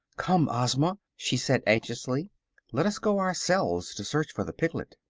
come, ozma, she said, anxiously let us go ourselves to search for the piglet.